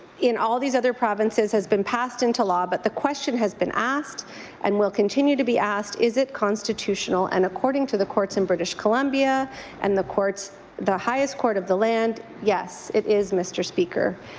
in all these other provinces has been passed into law but the question has been asked and will continue to be asked. is it constitutional and according to the courts in british columbia and the courts the highest court of the land, yes, it is, mr. speaker.